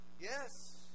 yes